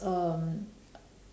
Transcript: um